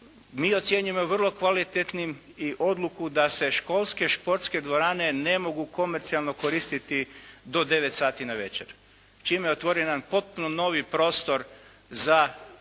Mi ocjenjujemo i vrlo kvalitetnim i odluku da se školske športske dvorane ne mogu komercijalno koristiti do 9 sati navečer čime je otvoren jedan potpuno novi prostor za i dana